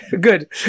Good